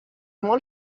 molt